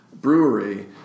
brewery